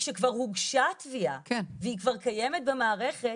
שכבר הוגשה תביעה והיא כבר קיימת במערכת,